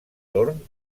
torn